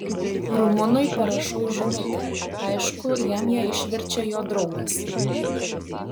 rumunui parašau žinutę aišku jam ją išverčia jo draugas